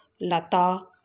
Lata